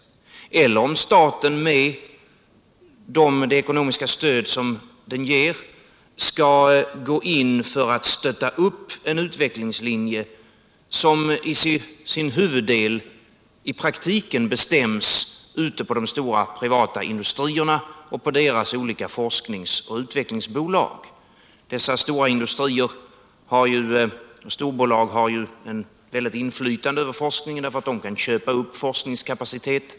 Eller skall staten med det ekonomiska stöd den ger gå in för att stötta upp en utvecklingslinje som i praktiken huvudsakligen bestäms ute på de privata industrierna och deras olika forskningsoch utvecklingsbolag? Dessa storbolag har ett väldigt inflytande över forskningen därför att de kan köpa upp forskningskapacitet.